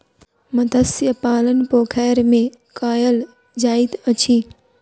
मत्स्य पालन पोखैर में कायल जाइत अछि